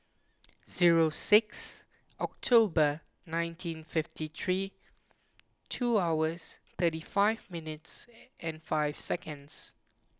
zero six October nineteen fifty three two hours thirty five minutes and five seconds